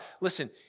Listen